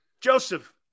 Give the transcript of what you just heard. Joseph